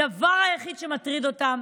הדבר היחיד שמטריד אותם,